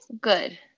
Good